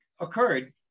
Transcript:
occurred